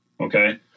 Okay